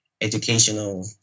educational